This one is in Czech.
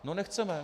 No nechceme.